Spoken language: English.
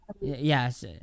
yes